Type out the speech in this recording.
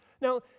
Now